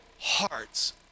hearts